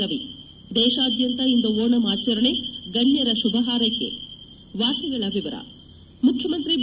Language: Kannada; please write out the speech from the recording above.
ರವಿ ು ದೇಶಾದ್ಯಂತ ಇಂದು ಓಣಂ ಆಚರಣೆ ಗಣ್ಯರ ಶುಭ ಹಾರ್ೈಕೆ ಮುಖ್ಯಮಂತ್ರಿ ಬಿ